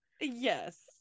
Yes